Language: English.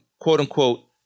quote-unquote